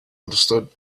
understood